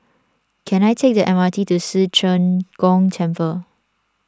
can I take the M R T to Ci Zheng Gong Temple